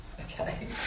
okay